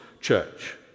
Church